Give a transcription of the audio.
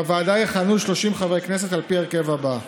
בוועדה יכהנו 30 חברי כנסת, על פי ההרכב הזה: